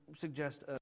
suggest